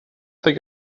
think